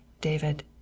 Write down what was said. David